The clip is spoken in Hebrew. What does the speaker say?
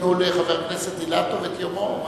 תנו לחבר הכנסת אילטוב את יומו.